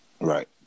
Right